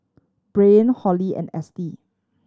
Brian Holly and Estie